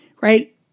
right